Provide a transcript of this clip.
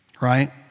Right